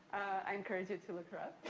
i encourage you to look her up.